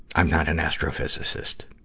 i'm not an astrophysicist.